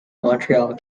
montreal